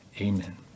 Amen